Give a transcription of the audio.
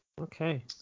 Okay